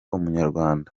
umunyarwanda